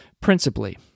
principally